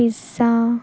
pizza